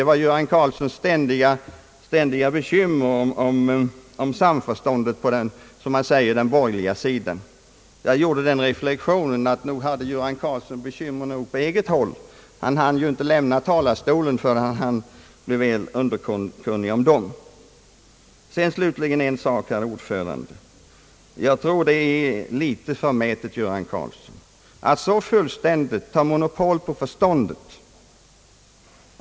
Herr Göran Karlssons ständiga bekymmer var samförståndet på den som han säger borgerliga sidan. Jag gjorde den reflexionen att nog hade herr Gö ran Karlsson tillräckliga bekymmer på eget håll. Han hann ju inte lämna talarstolen förrän han blev väl underkunnig om dem. Är det inte litet förmätet, herr Göran Karlsson, att så fullständigt ta monopol på förståndet?